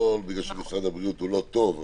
לא בגלל שמשרד הבריאות לא טוב,